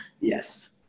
Yes